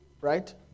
Right